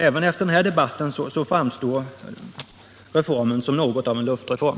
Även efter den här debatten framstår reformen som något av en luftreform.